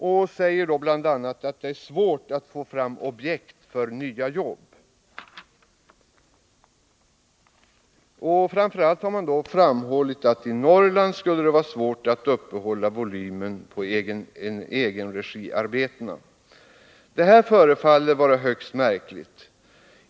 Man säger då bl.a. att det är svårt att få fram objekt för nya jobb. Framför allt har man framhållit att i Norrland skulle det vara svårt att uppehålla volymen på egenregiarbetena. Detta förefaller högst märkligt.